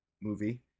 movie